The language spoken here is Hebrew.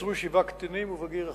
נעצרו שבעה קטינים ובגיר אחד,